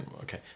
okay